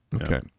Okay